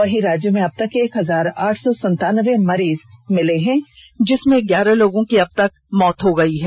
वहीं राज्य में अबतक एक हजार आठ सौ संतान्बे मरीज मिले हैं जिसमें ग्यारह लोगों की अबतक मौत हुई है